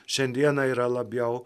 šiandieną yra labiau